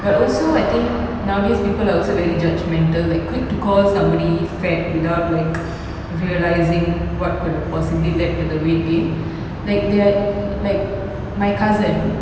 but also I think nowadays people are also very judgemental like quick to call somebody fat without like realizing what could have possibly lead to the weight gain like their like my cousin